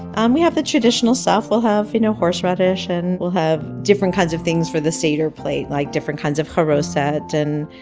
um we have the traditional stuff, we'll have you know horseradish, and we'll have different kind of things for the seder plate, like different kinds of haroset, and,